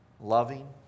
loving